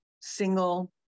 single